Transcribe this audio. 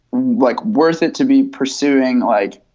like worth it to be pursuing? like,